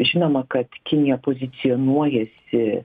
žinoma kad kinija pozicionuojasi